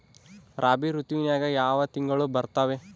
ರಾಬಿ ಋತುವಿನ್ಯಾಗ ಯಾವ ತಿಂಗಳು ಬರ್ತಾವೆ?